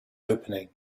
opening